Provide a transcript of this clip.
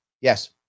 Yes